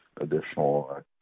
additional